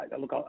look